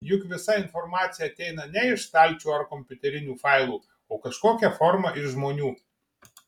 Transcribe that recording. juk visa informacija ateina ne iš stalčių ar kompiuterinių failų o kažkokia forma iš žmonių